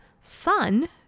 sun